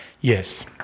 Yes